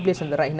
oh